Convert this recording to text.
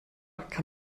kann